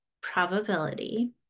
probability